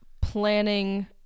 planning